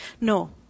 No